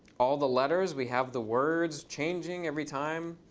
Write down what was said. all the letters. we have the words changing every time.